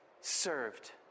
served